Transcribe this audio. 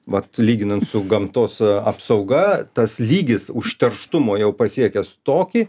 vat lyginant su gamtos apsauga tas lygis užterštumo jau pasiekęs tokį